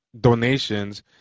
donations